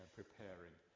preparing